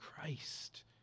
Christ